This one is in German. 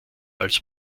als